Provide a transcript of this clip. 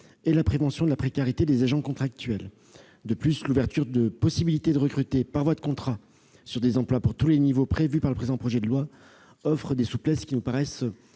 et la prévention de la précarité des agents contractuels. De plus, l'ouverture de la possibilité de recruter par voie de contrat sur des emplois à tous les niveaux, prévue dans le présent projet de loi, offre des souplesses qui nous paraissent